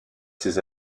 ses